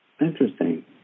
Interesting